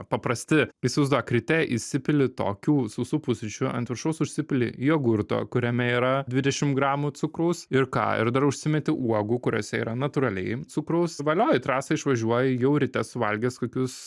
paprasti įsivaizduok ryte įsipili tokių sausų pusryčių ant viršaus užsipili jogurto kuriame yra dvidešimt gramų cukrus ir ką ir dar užsimeti uogų kuriose yra natūraliai cukraus valio į trasą išvažiuoja jau ryte suvalgęs kokius